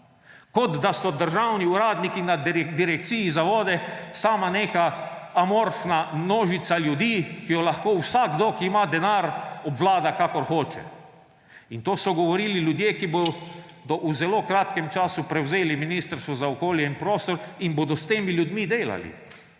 kot da so državni uradniki na Direkciji za vode sama neka amorfna množica ljudi, ki jo lahko vsakdo, ki ima denar, obvlada, kakor hoče. In to so govorili ljudje, ki bodo v zelo kratkem času prevzeli Ministrstvo za okolje in prostor in bodo s temi ljudmi delali,